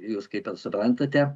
jūs kaip ir suprantate